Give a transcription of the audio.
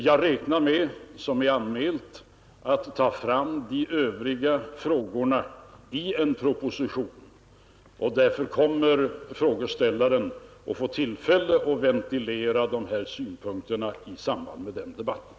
Jag räknar med, som är anmält, att föra fram de övriga frågorna i en proposition, och frågeställaren kommer att få tillfälle att ventilera sina synpunkter i samband med debatten om den.